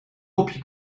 dopje